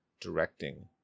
directing